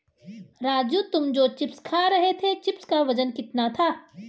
राजू तुम जो चिप्स खा रहे थे चिप्स का वजन कितना था?